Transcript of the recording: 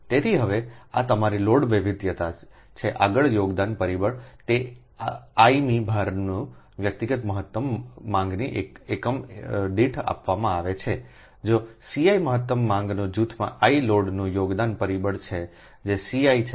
તેથી હવે આ તમારી લોડ વૈવિધ્યતા છે આગળના યોગદાન પરિબળ તે i મી ભારની વ્યક્તિગત મહત્તમ માંગના એકમ દીઠ આપવામાં આવે છે જો Ciમહત્તમ માંગના જૂથમાં i લોડનું યોગદાન પરિબળ છે જે Ci છે